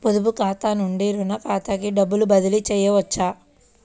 పొదుపు ఖాతా నుండీ, రుణ ఖాతాకి డబ్బు బదిలీ చేయవచ్చా?